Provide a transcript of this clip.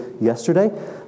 yesterday